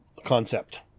concept